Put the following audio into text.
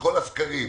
בכל הסקרים,